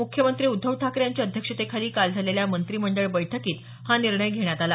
मुख्यमंत्री उद्धव ठाकरे यांच्या अध्यक्षतेखाली काल झालेल्या मंत्रिमंडळ बैठकीत हा निर्णय घेण्यात आला